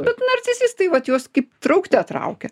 bet narcisistai vat juos kaip traukte traukia